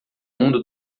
mundo